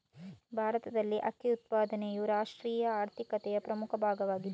ಭಾರತದಲ್ಲಿ ಅಕ್ಕಿ ಉತ್ಪಾದನೆಯು ರಾಷ್ಟ್ರೀಯ ಆರ್ಥಿಕತೆಯ ಪ್ರಮುಖ ಭಾಗವಾಗಿದೆ